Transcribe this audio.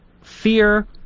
fear